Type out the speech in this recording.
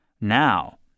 Now